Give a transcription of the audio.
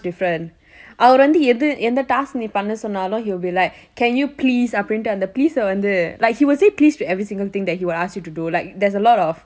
different அவர் வந்து எது எந்த:avar vanthu yethu yentha task நீ பண்ண சொன்னாலும்:nee panna sonnaalum he will be like can you please அப்படிந்து அந்த:appadintu antha please eh வந்து:vanthu like he will say pleasse to every single thing he asks you to do like there's a lot of